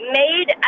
made